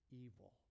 evil